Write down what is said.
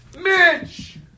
Mitch